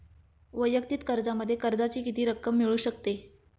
वैयक्तिक कर्जामध्ये कर्जाची किती रक्कम मिळू शकते?